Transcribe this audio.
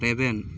ᱨᱮᱵᱮᱱ